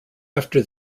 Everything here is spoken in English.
after